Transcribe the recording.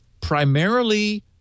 primarily